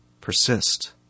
Persist